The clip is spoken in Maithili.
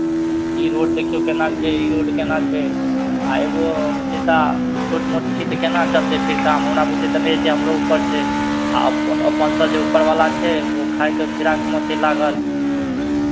ई रोड देखियौ केना छै ई रोड केना छै आ एगो नेता छोट मोट छी तऽ केना चलतै फेर काम हमरा बुते तऽ नहि हेतै हमरो ऊपर छै आ अपन अपनसँ जे उपरवला छै ओ खायके फिराकमे छै लागल